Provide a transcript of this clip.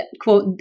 quote